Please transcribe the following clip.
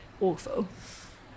awful